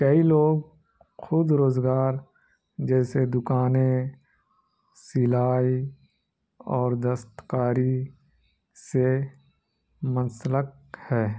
کئی لوگ خود روزگار جیسے دکانیں سلائی اور دستکاری سے منسلک ہے